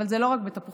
אבל זה לא רק בתפוחים,